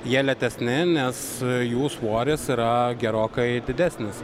jie lėtesni nes jų svoris yra gerokai didesnis